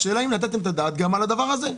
השאלה היא אם נתתם את הדעת גם על הדבר הזה.